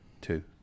Two